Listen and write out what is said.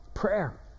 prayer